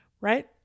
right